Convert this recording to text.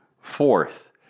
Fourth